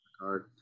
card